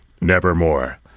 Nevermore